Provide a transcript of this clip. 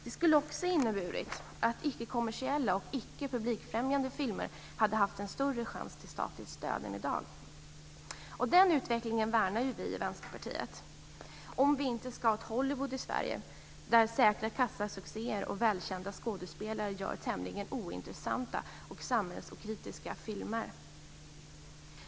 Det skulle också ha inneburit att icke-kommersiella och icke publikfriande filmer hade haft en större chans till statligt stöd än i dag. Denna utveckling värnar vi i Vänsterpartiet, om vi inte ska ha ett Hollywood i Sverige, där säkra kassasuccéer och välkända skådespelare gör tämligen ointressanta och samhällsokritiska filmer.